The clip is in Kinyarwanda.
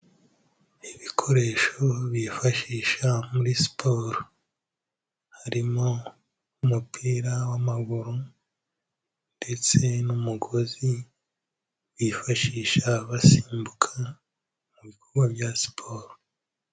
Ibikoresho bifashisha muri siporo, harimo umupira w'amaguru, ndetse n'umugozi bifashisha basimbuka, mu bikorwa bya siporo.